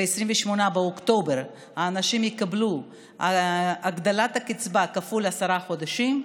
ב-28 באוקטובר האנשים יקבלו את הגדלת הקצבה כפול עשרה חודשים,